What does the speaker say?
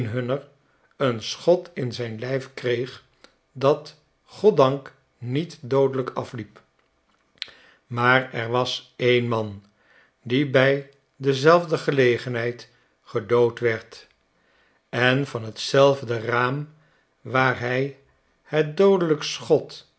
een schot in zjjn lijf kreeg dat goddank niet doodelijk afliep maar er was een man die by dezelfde gelegenheid gedood werd en van t zelfde raam waarhij het doodelijk schot